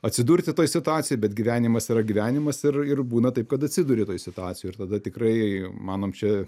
atsidurti toj situacijoj bet gyvenimas yra gyvenimas ir ir būna taip kad atsiduri toj situacijoj tada tikrai manom čia